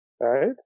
right